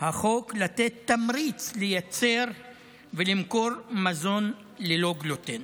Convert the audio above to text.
החוק לתת תמריץ לייצר ולמכור מזון ללא גלוטן,